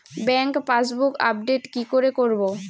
Bank passbook update কি করে করবো?